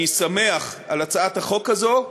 אני שמח על הצעת החוק הזאת,